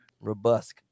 robust